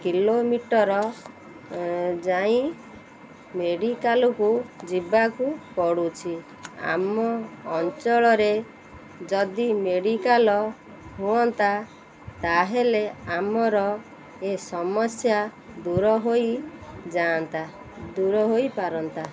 kilometre ଯାଇ ମେଡ଼ିକାଲ୍କୁ ଯିବାକୁ ପଡ଼ୁଛି ଆମ ଅଞ୍ଚଳରେ ଯଦି ମେଡ଼ିକାଲ୍ ହୁଅନ୍ତା ତାହେଲେ ଆମର ଏ ସମସ୍ୟା ଦୂର ହୋଇଯାଆନ୍ତା ଦୂର ହୋଇପାରନ୍ତା